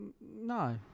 no